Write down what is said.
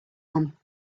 one